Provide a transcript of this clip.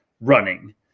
running